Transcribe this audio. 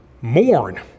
mourn